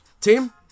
Team